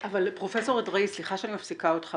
פרופ' אדרעי, סליחה שאני מפסיקה אותך.